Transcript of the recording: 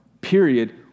period